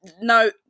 No